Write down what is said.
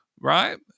Right